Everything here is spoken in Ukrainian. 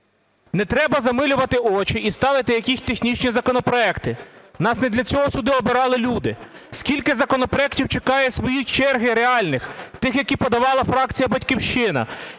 Не треба замилювати очі і ставити якісь технічні законопроекти, нас не для цього сюди обирали люди. Скільки законопроектів чекає своєї черги реальних, тих, які подала фракція "Батьківщина",